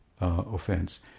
offense